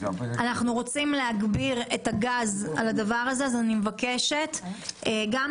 אנחנו רוצים להגביר את הגז על הדבר הזה ולכן אני מבקשת להגיע.